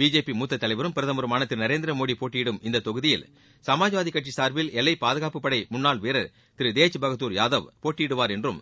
BJP மூத்த தலைவரும் பிரதமருமான திரு நரேந்திரமோடி போட்டியிடும் இத்தொகுதியில் சமாஜ்வாதி கட்சி சார்பில் எல்லைப் பாதுகாப்புப் படை முன்னாள் வீரர் திரு தேஜ் பகதூர் யாதவ் போட்டியிடுவார் என்றும்